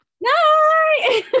Night